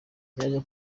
yaje